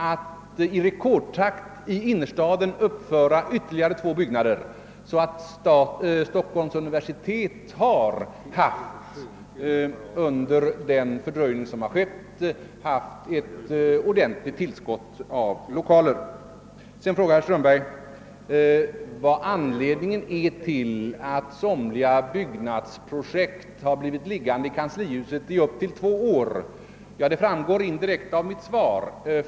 att i rekordtakt i innerstaden uppföra ytterligare två byggnader, varför Stockholms universitet: under den fördröjning som skett fått ett ordentligt tillskott av lokaler, som från början inte var planerade. Herr Strömberg frågar vidare efter anledningen till att somliga byggnadsprojekt har blivit liggande i kanslihuset i.upp till två år... Den framgår indirekt av mitt svar.